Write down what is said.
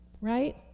Right